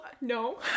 no